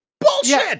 Bullshit